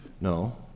No